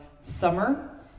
summer